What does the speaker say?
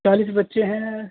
چالیس بچے ہیں